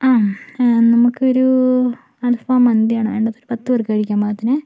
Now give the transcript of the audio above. ആ നമുക്കൊരു അൽഫാം മന്തിയാണ് വേണ്ടത് ഒരു പത്ത് പേർക്ക് കഴിക്കാൻ പാകത്തിന്